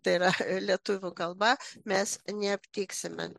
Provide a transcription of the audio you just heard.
tai yra lietuvių kalba mes neaptiksime